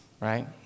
right